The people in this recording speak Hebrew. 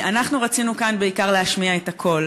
אנחנו רצינו כאן בעיקר להשמיע את הקול